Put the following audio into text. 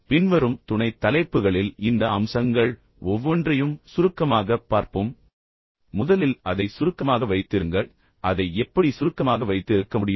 இப்போது பின்வரும் துணைத் தலைப்புகளில் இந்த அம்சங்கள் ஒவ்வொன்றையும் சுருக்கமாகப் பார்ப்போம் ஒவ்வொன்றாக முதலில் அதை சுருக்கமாக வைத்திருங்கள் அதை எப்படி சுருக்கமாக வைத்திருக்க முடியும்